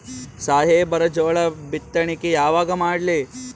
ಸಾಹೇಬರ ಜೋಳ ಬಿತ್ತಣಿಕಿ ಯಾವಾಗ ಮಾಡ್ಲಿ?